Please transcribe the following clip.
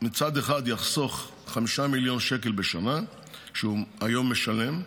מצד אחד, יחסוך 5 מיליון שקל בשנה שהוא משלם היום.